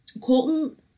Colton